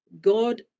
God